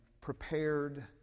prepared